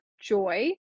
joy